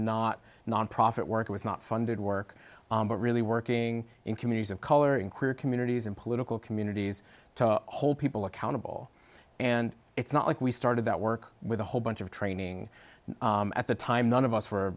not nonprofit work it was not funded work but really working in communities of color in queer communities and political communities to hold people accountable and it's not like we started that work with a whole bunch of training at the time none of us were